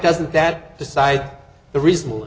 doesn't that decide the reasonable